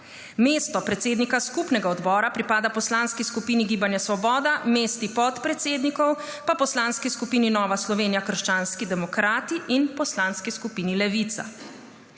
Mesto predsednika Skupnega odbora pripada poslanski skupini Gibanja Svoboda, mesti podpredsednikov pa poslanski skupini Nova Slovenija – krščanski demokrati in poslanski skupini Levica.